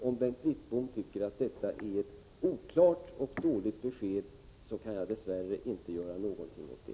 Om Bengt Wittbom tycker att detta är ett oklart och dåligt besked, kan jag dess värre inte göra något åt den saken.